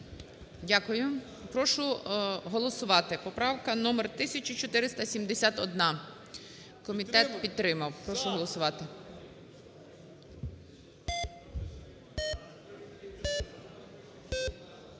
Дякую. Прошу голосувати. Поправка номер 1471. Комітет підтримав. Прошу голосувати.